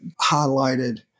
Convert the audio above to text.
highlighted